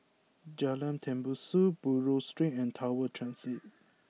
Jalan Tembusu Buroh Street and Tower Transit